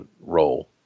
role